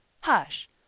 Hush